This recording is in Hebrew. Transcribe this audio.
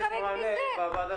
כמה דברים,